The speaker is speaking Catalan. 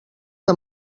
que